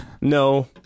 No